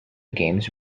games